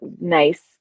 nice